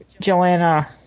Joanna